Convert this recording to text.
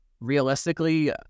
realistically